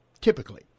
Typically